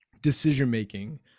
decision-making